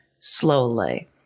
slowly